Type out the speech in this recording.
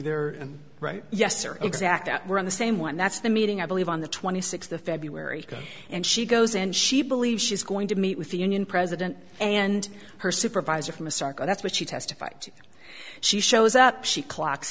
there right yes or exact that we're on the same one that's the meeting i believe on the twenty sixth of february and she goes and she believes she's going to meet with the union president and her supervisor from asarco that's what she testified to she shows up she clocks